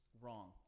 Wrong